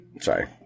Sorry